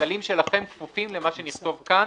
הכללים שלכם כפופים למה שנכתוב כאן,